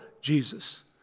Jesus